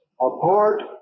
apart